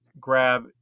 grab